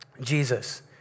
Jesus